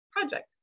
project